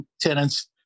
tenants